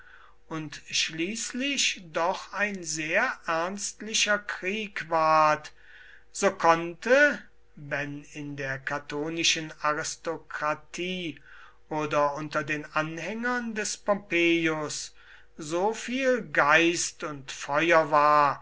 und schließlich doch ein sehr ernstlicher krieg ward so konnte wenn in der catonischen aristokratie oder unter den anhängern des pompeius so viel geist und feuer war